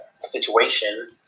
situation